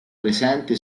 presente